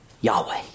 Yahweh